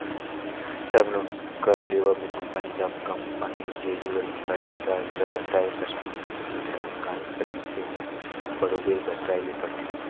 term loan कर लेवब में कंपनी ल अपन कंपनी ले जुड़ल फयदा ल बताए कर संघे कंपनी कर नोसकानी कर बिसे में बरोबेर बताए ले परथे